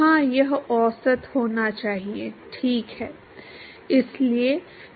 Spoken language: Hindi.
हाँ यह औसत होना चाहिए ठीक है